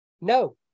No